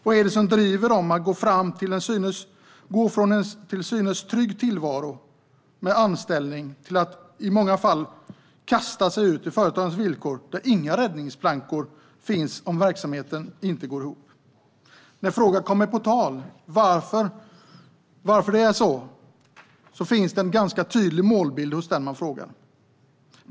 Vad är det som driver dem att gå från en till synes trygg tillvaro med anställning till att i många fall kasta sig ut i företagarens villkor, där inga räddningsplankor finns om verksamheten inte går ihop. När frågan kommer på tal om varför det är så finns en ganska tydlig målbild hos den man frågar.